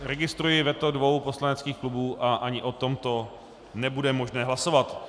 Registruji veto dvou poslaneckých klubů a ani o tomto nebude možné hlasovat.